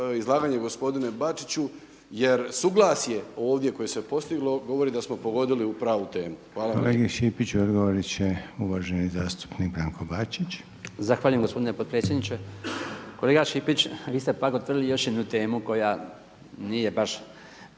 izlaganje gospodine Bačiću jer suglasje ovdje koje se postiglo govori da samo pogodili u pravu temu. Hvala. **Reiner, Željko (HDZ)** Hvala kolegi Šipiću. Odgovorit će uvaženi zastupnik Branko Bačić. **Bačić, Branko (HDZ)** Zahvaljujem gospodine potpredsjedniče. Kolega Šipić, vi ste pak otvorili još jednu temu koja nije baš